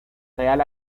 real